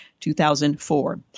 2004